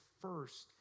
first